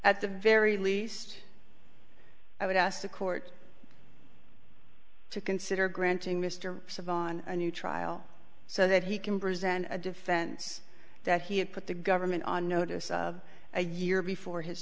at the very least i would ask the court to consider granting mr of on a new trial so that he can bring a defense that he had put the government on notice a year before his